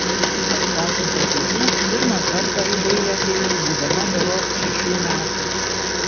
paskatinta tėvų pirmą kartą į dailę atėjau būdama berods šešių metų